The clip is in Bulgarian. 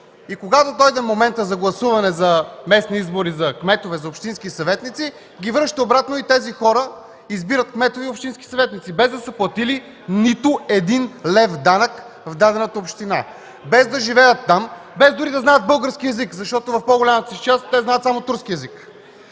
и когато дойде моментът за гласуване на местни избори – за кметове, за общински съветници, ги връщат. И тези хора избират кметове и общински съветници, без да са платили нито един лев данък в дадената община, без да живеят там, без дори да знаят български език! В по-голямата си част знаят само турски език.